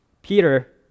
Peter